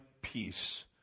peace